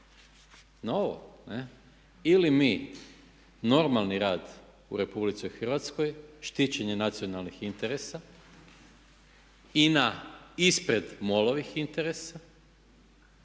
na ovo. Ili mi, normalni rad u RH, štićenje nacionalnih interesa, INA ispred MOL-ovih interesa,